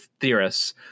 theorists